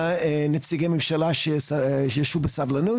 נציגי הממשלה שישבו בסבלנות.